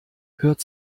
hört